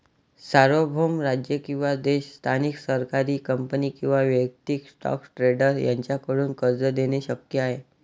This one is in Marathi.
सार्वभौम राज्य किंवा देश स्थानिक सरकारी कंपनी किंवा वैयक्तिक स्टॉक ट्रेडर यांच्याकडून कर्ज देणे शक्य आहे